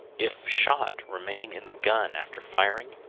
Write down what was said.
if shot remain in the gun after firing,